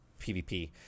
PvP